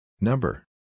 Number